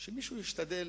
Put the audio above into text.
שמישהו ישתדל